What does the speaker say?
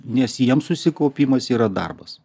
nes jiem susikaupimas yra darbas